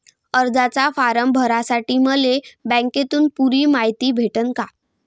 कर्जाचा फारम भरासाठी मले बँकेतून पुरी मायती भेटन का?